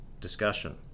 discussion